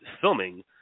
filming